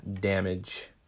damage